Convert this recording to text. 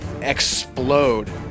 explode